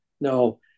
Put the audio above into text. no